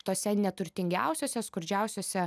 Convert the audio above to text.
tose neturtingiausiuose skurdžiausiuose